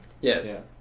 Yes